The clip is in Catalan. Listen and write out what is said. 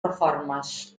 reformes